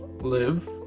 live